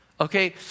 Okay